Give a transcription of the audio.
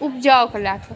उपजाउके लऽ कऽ